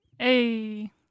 Hey